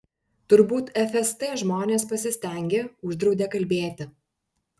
turbūt fst žmonės pasistengė uždraudė kalbėti